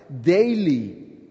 daily